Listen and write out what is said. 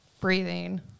Breathing